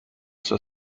sua